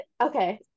okay